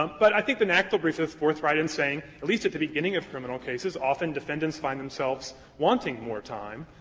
but i think the nacdl brief is forthright in saying, at least at the beginning of criminal cases, often defendants find themselves wanting more time,